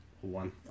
One